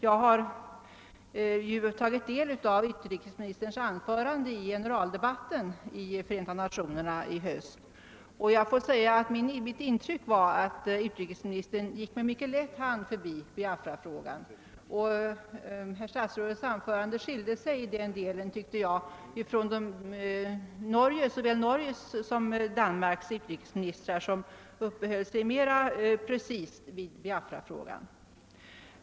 Jag har tagit del av utrikesministerns anförande i Förenta nationernas generaldebatt i höst, och mitt intryck var att utrikesministern tog med lätt hand på Biafrafrågan. Jag tycker att hans anförande i den delen skilde sig från anförandena av såväl Norges som Danmarks utrikesministrar, vilka uppehöll sig mer preciserat vid Biafrafrågan.